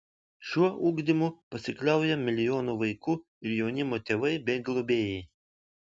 šiuo ugdymu pasikliauja milijonų vaikų ir jaunimo tėvai bei globėjai